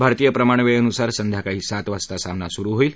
भारतीय प्रमाणवेळेनुसार संध्याकाळी सात वाजता सामना सुरु होईल